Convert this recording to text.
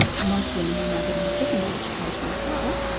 most women are now getting a secondary education as well,